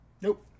Nope